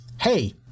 hey